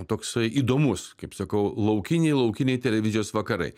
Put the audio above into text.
toks įdomus kaip sakau laukiniai laukiniai televizijos vakarai